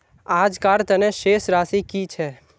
आजकार तने शेष राशि कि छे?